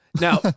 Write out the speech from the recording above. Now